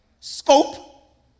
scope